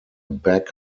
back